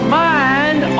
mind